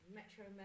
Metro